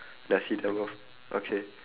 that's it lah bro okay